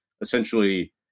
essentially